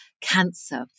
cancer